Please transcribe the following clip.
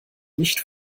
nicht